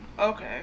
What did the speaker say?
Okay